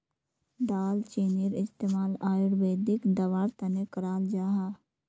दालचीनीर इस्तेमाल आयुर्वेदिक दवार तने कराल जाहा